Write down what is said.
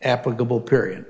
applicable period